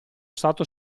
stato